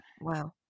Wow